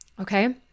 Okay